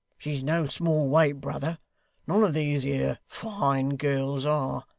she's no small weight, brother none of these here fine gals are.